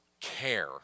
care